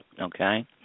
okay